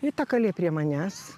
ir ta kalė prie manęs